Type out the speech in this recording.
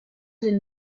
den